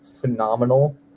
phenomenal